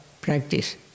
practice